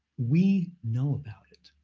we know about it,